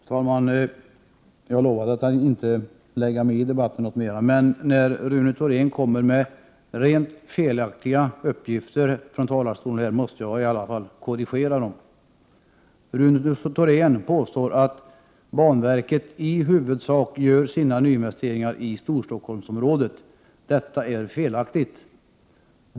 Fru talman! Jag lovade att inte lägga mig i debatten mera. Men när Rune Thorén här kommer med rent felaktiga uppgifter från talarstolen, måste jag i alla fall korrigera dem. Rune Thorén påstår att banverket i huvudsak gör sina nyinvesteringar i Storstockholmsområdet. Detta är felaktigt.